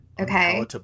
okay